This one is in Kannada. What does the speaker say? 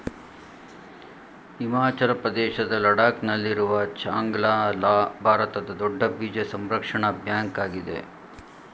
ಹಿಮಾಚಲ ಪ್ರದೇಶದ ಲಡಾಕ್ ನಲ್ಲಿರುವ ಚಾಂಗ್ಲ ಲಾ ಭಾರತದ ದೊಡ್ಡ ಬೀಜ ಸಂರಕ್ಷಣಾ ಬ್ಯಾಂಕ್ ಆಗಿದೆ